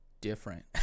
different